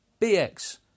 BX